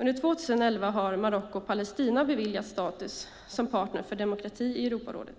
Under 2011 har Marocko och Palestina beviljats status som partner för demokrati i Europarådet.